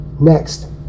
Next